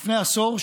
לפני עשור,